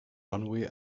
runway